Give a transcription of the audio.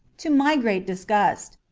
to my great disgust,